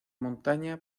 montaña